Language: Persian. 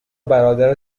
برادر